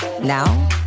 Now